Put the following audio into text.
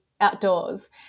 outdoors